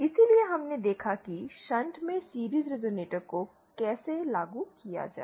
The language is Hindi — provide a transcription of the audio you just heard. इसलिए हमने देखा कि शंट में सीरीज़ रेज़ोनेटर को कैसे लागू किया जाए